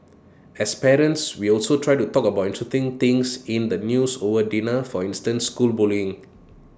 as parents we also try to talk about interesting things in the news over dinner for instance school bullying